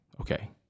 okay